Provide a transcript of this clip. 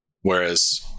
Whereas